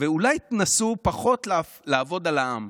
ואולי תנסו פחות לעבוד על העם.